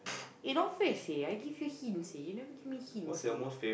you no face eh I give you hints seh you never give me hints seh